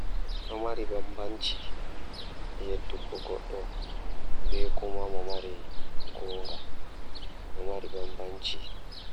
Eey, ɗum ɗaɗɗi. Trust e faith ɗiɗi waɗi ko fowru. Trust ko ngam njiddaade e hoore rewɓe e jaangol ngal. Faith ko ngam nguurndam e hoore nguurndam, Ko ɗum no fowru e sabu ngal.